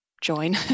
join